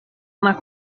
una